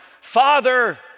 Father